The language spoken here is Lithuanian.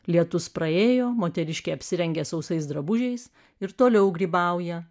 lietus praėjo moteriškė apsirengė sausais drabužiais ir toliau grybauja